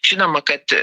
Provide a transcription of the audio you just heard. žinoma kad